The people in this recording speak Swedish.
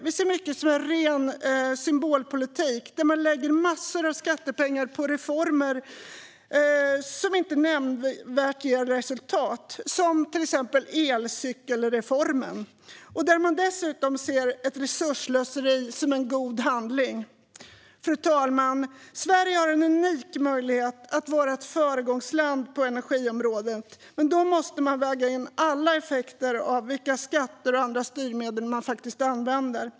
Vi ser mycket som är ren symbolpolitik. Man lägger massor av skattepengar på reformer som inte ger nämnvärt resultat, som elcykelreformen. Man ser dessutom resursslöseri som en god handling. Fru talman! Sverige har en unik möjlighet att vara ett föregångsland på energiområdet, men då måste man väga in alla effekter av de skatter och andra styrmedel man använder.